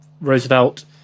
Roosevelt